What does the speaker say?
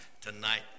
tonight